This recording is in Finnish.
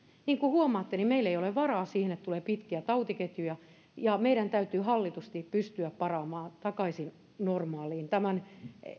niin kuin huomaatte ole varaa siihen että tulee pitkä tautiketjuja meidän täytyy hallitusti pystyä palaamaan takaisin normaaliin tämän